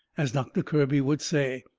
as doctor kirby would say.